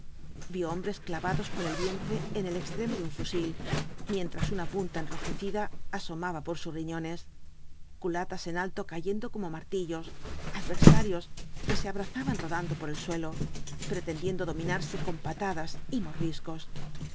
vio hombres clavados por el vientre en el extremo de un fusil mientras una punta enrojecida asomaba por sus ríñones culatas en alto cayendo como martillos adversarios que se abrazaban rodando por el suelo pretendiendo dominarse con patadas y mordiscos